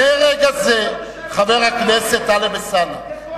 בקצב הזה לא תישאר מדינה,